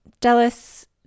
Dallas